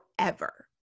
forever